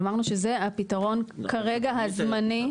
אמרנו שזה הפתרון כרגע, הזמני.